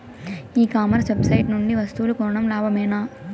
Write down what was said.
E commerce website నుండి వస్తువులు కొనడం లాభమేనా?